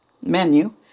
menu